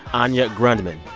anya grundmann.